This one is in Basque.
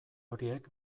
horiek